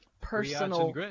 personal